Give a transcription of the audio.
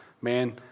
man